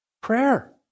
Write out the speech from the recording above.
Prayer